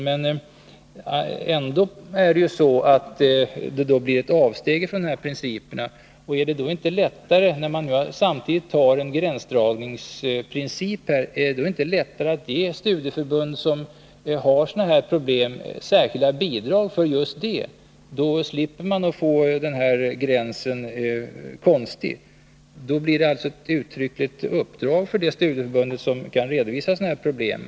Men det blir ett avsteg från de principer vi nu samtidigt tar om gränsdragningen. Är det då inte lättare att ge studieförbund som har sådana här problem särskilda bidrag för just det? Därmed slipper man ju få konstiga gränser. Det blir alltså ett uttryckligt uppdrag för de studieförbund som kan redovisa sådana problem.